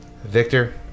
Victor